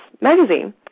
magazine